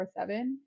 24/7